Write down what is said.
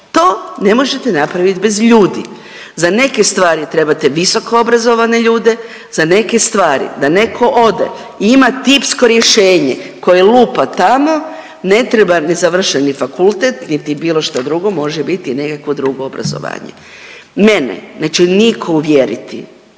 To ne možete napraviti bez ljudi. Za neke stvari trebate visokoobrazovane ljude, za neke stvari da neko ode i ima tipsko rješenje koje lupa tamo ne treba ni završeni fakultet niti bilo šta drugo može biti nekakvo drugo obrazovanje. Mene neće nitko uvjeriti,